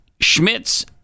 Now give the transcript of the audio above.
Schmitz